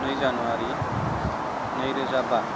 नै जानुवारि नैरोजा बा